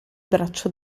braccio